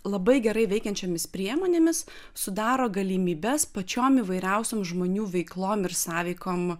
labai gerai veikiančiomis priemonėmis sudaro galimybes pačiom įvairiausiom žmonių veiklom ir sąveikom